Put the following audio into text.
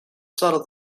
subtle